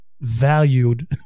valued